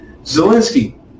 Zelensky